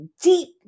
deep